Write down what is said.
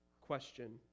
question